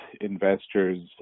investors